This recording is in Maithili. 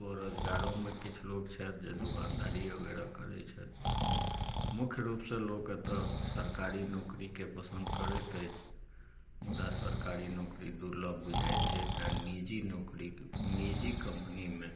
स्व रोजगारोमे किछु लोक छथि जे दोकानदारी वगैरह करै छथि मुख्य रूपसँ लोक एतय सरकारी नौकरीके पसन्द करैत अछि मुदा सरकारी नौकरी दुर्लभ बुझाइत छै तैँ निजी नौकरी निजी कम्पनीमे